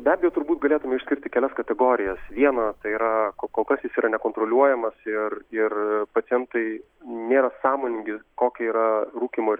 be abejo turbūt galėtume išskirti kelias kategorijas viena tai yra kokogas jis yra nekontroliuojamas ir ir pacientai nėra sąmoningi kokia yra rūkymo ir